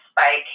spike